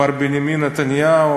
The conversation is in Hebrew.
מר בנימין נתניהו,